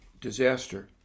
disaster